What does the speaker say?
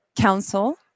council